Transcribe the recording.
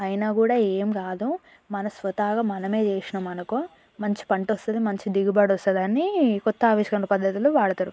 అయినా కూడా ఏం రాదు మన స్వతహాగా మనమే చేసినమనుకో మంచి పంటొస్తుంది మంచి దిగుబడి వస్తదనీ కొత్త ఆవిష్కరణ పద్ధతులు వాడుతారు